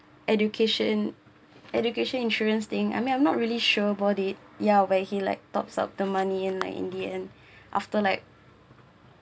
education education insurance thing I mean I'm not really sure about it yeah where he tops up the money and like in the end after like